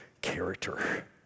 character